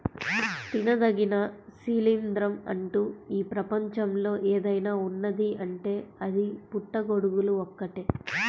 తినదగిన శిలీంద్రం అంటూ ఈ ప్రపంచంలో ఏదైనా ఉన్నదీ అంటే అది పుట్టగొడుగులు ఒక్కటే